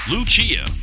Lucia